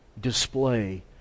display